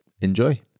Enjoy